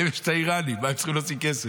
להם יש את האיראנים, מה הם צריכים להוציא כסף?